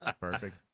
perfect